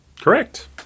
Correct